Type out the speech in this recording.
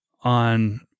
on